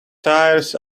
tires